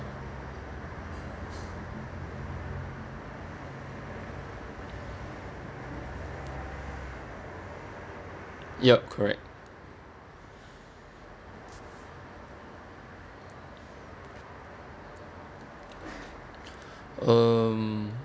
yup correct um